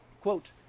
Quote